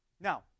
Now